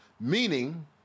meaning